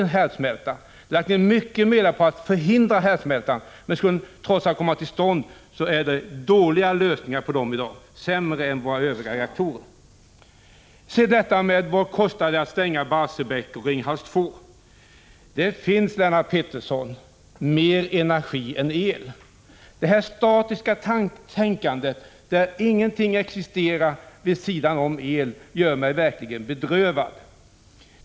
Vi har lagt ned mycken möda på att förhindra en härdsmälta, men skulle den trots allt inträffa, har de nämnda reaktorerna dåliga lösningar, sämre än dem som finns när det gäller övriga reaktorer. Sedan vill jag ta upp frågan om vad det kostar att stänga Barsebäck och Ringhals 2. Det finns, Lennart Pettersson, annan energi än el. Detta statiska tänkande, där ingenting existerar vid sidan av el, gör mig verkligen bedrövad.